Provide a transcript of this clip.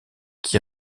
qui